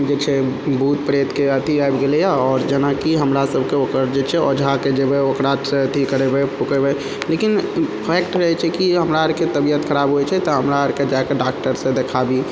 जे छै भूत प्रेतके अथी आबि गेलय हइ आओर जेना कि हमरा सभके ओतऽ जे छै ओझाके जेबय ओकरासँ अथी करेबय फुँकेबय लेकिन फैक्ट रहय छै कि हमरा आरके तबियत खराब होइ छै तऽ हमरा आरके जाके डॉक्टरसँ देखाबी